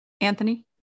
Anthony